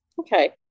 Okay